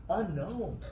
unknown